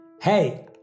Hey